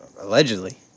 Allegedly